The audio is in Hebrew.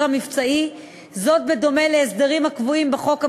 מבצעי בדומה להסדרים הקבועים בחוק המשטרה,